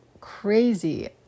crazy